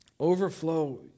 Overflow